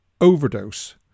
overdose